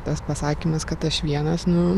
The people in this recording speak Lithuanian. tas pasakymas kad aš vienas nu